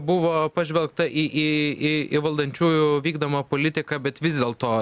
buvo pažvelgta į į į valdančiųjų vykdomą politiką bet vis dėlto